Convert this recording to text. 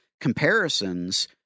comparisons